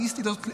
הסדיסטית הזאת,